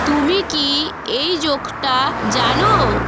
তুমি কি এই জোকটা জানো